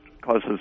causes